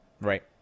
right